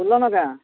ଖୁଲ୍ଲନ କେଁ